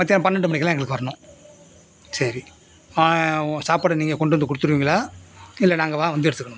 மத்யானம் பன்னெண்டு மணிக்குலாம் எங்களுக்கு வரணும் சரி சாப்பாடு நீங்கள் கொண்டு வந்து கொடுத்துடுவீங்களா இல்லை நாங்கள் வா வந்து எடுத்துக்கணுமா